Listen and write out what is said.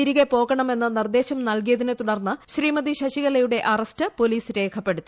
തിരികെപ്പോകണമെന്ന് നിർദ്ദേശം നൽകിയതിനെ തുടർന്ന് ശ്രീമതി ശശികലയുടെ അറസ്റ്റ് പോലീസ് രേഖപ്പെടുത്തി